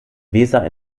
weser